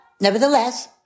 nevertheless